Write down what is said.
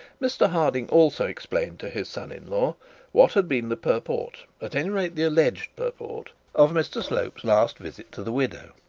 mr harding also explained to his son-in-law what had been the purport, at any rate the alleged purport, of mr slope's last visit to the widow.